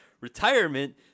retirement